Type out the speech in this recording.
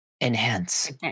Enhance